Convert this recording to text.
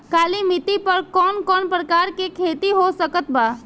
काली मिट्टी पर कौन कौन प्रकार के खेती हो सकत बा?